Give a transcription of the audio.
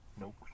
Nope